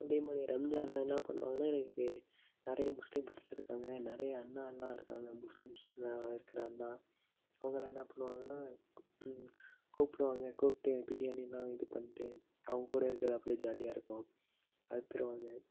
அதே மாதிரி ரம்ஜானில் என்ன பண்ணுவாங்கன்னா எனக்கு நிறைய முஸ்லீம் ஃப்ரெண்ட்ஸ் இருக்காங்க நிறைய அண்ணா எல்லாம் இருக்காங்க முஸ்லீம்ஸுல இருக்கிற அண்ணா அவங்கலாம் என்ன பண்ணுவாங்கன்னா கு கூப்பிடுவாங்க கூப்பிட்டு பிரியாணியெல்லாம் இது பண்ணிட்டு அவங்கக் கூட இருக்கிறது அப்படியே ஜாலியாக இருக்கும் அது தருவாங்க